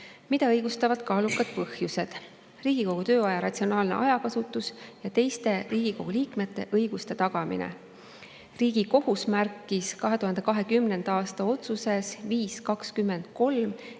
mida õigustavad kaalukad põhjused: Riigikogu tööaja ratsionaalne kasutus ja teiste Riigikogu liikmete õiguste tagamine. Riigikohus märkis 2020. aasta otsuses 5-20-3,